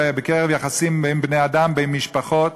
ביחסים בקרב בין בני-אדם, בין משפחות,